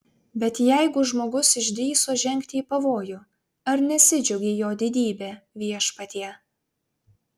bet jeigu žmogus išdrįso žengti į pavojų ar nesidžiaugei jo didybe viešpatie